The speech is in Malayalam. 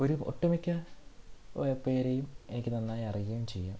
ഒരു ഒട്ട് മിക്ക പേരെയും എനിക്ക് നന്നായി അറിയോം ചെയ്യാം